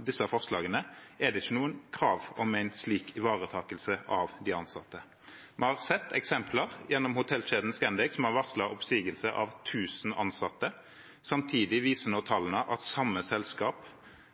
disse forslagene, er det ikke noen krav om en slik ivaretakelse av de ansatte. Vi har sett eksempler som hotellkjeden Scandic, som har varslet oppsigelse av 1 000 ansatte. Samtidig viser nå tallene at samme selskap